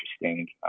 interesting